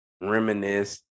reminisce